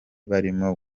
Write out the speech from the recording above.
barimo